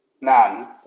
None